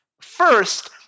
First